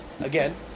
again